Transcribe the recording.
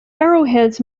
arrowheads